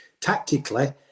Tactically